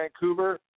vancouver